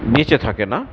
বেঁচে থাকে না